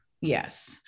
Yes